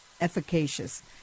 efficacious